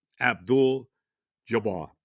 Abdul-Jabbar